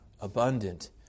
abundant